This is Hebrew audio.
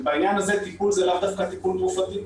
ובעניין הזה טיפול הוא לאו דווקא טיפול תרופתי.